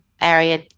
area